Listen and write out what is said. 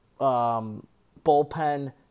bullpen